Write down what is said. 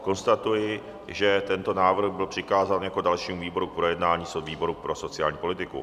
Konstatuji, že tento návrh byl přikázán jako dalšímu výboru k projednání výboru pro sociální politiku.